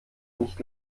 nicht